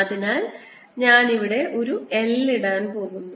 അതിനാൽ ഞാൻ ഇവിടെ ഒരു L ഇടാൻ പോകുന്നു